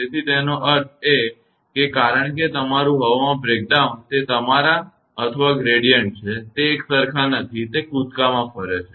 તેથી તેનો અર્થ એ છે કે કારણ કે તમારું હવામાં બ્રેકડાઉન તે તમારા અથવા ગ્રેડીયંટ છે તે એકસરખા નથી તે કૂદકામાં ફરે છે